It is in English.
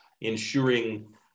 ensuring